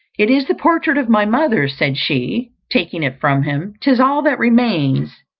it is the portrait of my mother, said she, taking it from him tis all that remains.